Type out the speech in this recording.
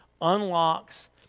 unlocks